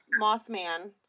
Mothman